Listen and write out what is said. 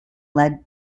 led